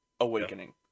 awakening